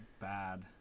bad